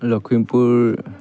Lakhimpur